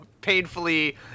painfully